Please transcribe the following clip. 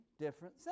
different